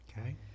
okay